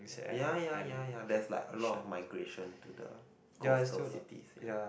ya ya ya ya that's like a lot of migration to the coastal city ya